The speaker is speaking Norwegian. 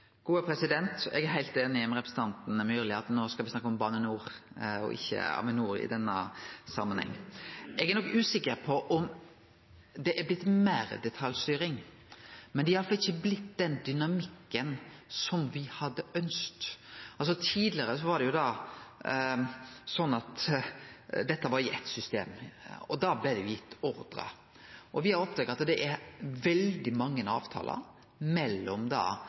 Eg er heilt einig med representanten Myrli i at no skal vi snakke om Bane NOR og ikkje om Avinor. Eg er nok usikker på om det er blitt meir detaljstyring, men det er iallfall ikkje blitt den dynamikken som me hadde ønskt. Tidlegare var det jo slik at dette var i eitt system, og da blei det gitt ordrar, og me har oppdaga at det er veldig mange avtalar mellom